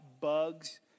bugs